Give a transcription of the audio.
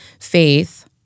faith